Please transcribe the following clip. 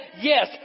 Yes